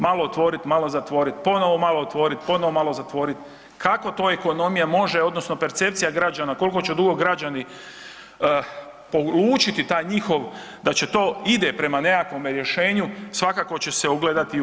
Malo otvorit, malo zatvorit ponovo malo otvorit, ponovo malo zatvorit kako to ekonomija može odnosno percepcija građana, koliko će dugo građani polučiti taj njihov da to ide prema nekakvom rješenju, svakako će se ugledati u BDP-u.